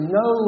no